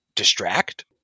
distract